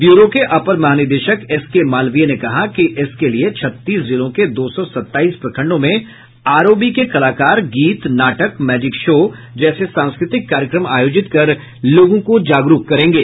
bureau के अपर महानिदेशक एसके मालवीय ने कहा कि इसके लिये छत्तीस जिलों के दो सौ सताईस प्रखंडों में आरओबी के कलाकार गीत नाटक मैजिक शो जैसे सांस्कृतिक कार्यक्रम आयोजित कर लोगों को जागरूक करेंगे